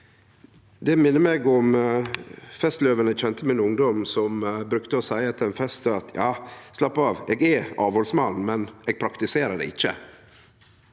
Det minner meg om festløva eg kjende i min ungdom, som brukte å seie etter ein fest: Slapp av, eg er avhaldsmann, men eg praktiserer det ikkje.